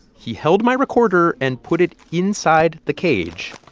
he held my recorder and put it inside the cage,